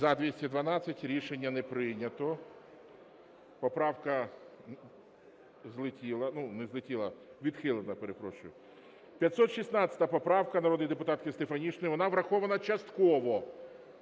За-212 Рішення не прийнято. Поправка злетіла. Ну, не злетіла, відхилена, перепрошую. 516 поправка народної депутатки Стефанишиної, вона врахована частково.